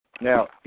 Now